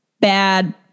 bad